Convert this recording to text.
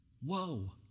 Whoa